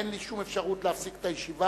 אין לי שום אפשרות להפסיק את הישיבה,